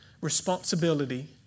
responsibility